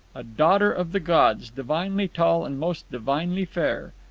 a daughter of the gods, divinely tall, and most divinely fair.